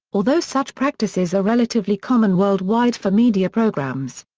although such practices are relatively common worldwide for media programs.